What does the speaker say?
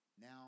Now